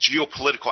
geopolitical